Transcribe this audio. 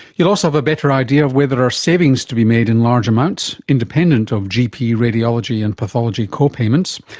you'll also have a better idea of where there are savings to be made in large amounts, independent of gp, radiology and pathology co-payments.